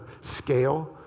scale